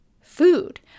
food